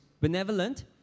benevolent